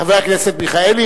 חבר הכנסת מיכאלי,